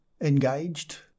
engaged